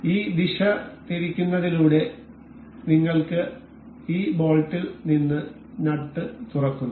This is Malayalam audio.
ഈ ദിശ തിരിക്കുന്നതിലൂടെ നിങ്ങൾക്ക് ഈ ബോൾട്ടിൽ നിന്ന് നട്ട് തുറക്കുന്നു